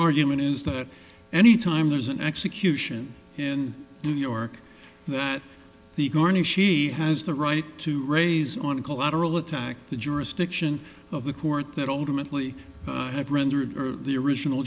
argument is that any time there's an execution in new york that the garnishee has the right to raise on collateral attack the jurisdiction of the court that ultimately have rendered the original